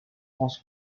france